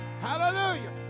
Hallelujah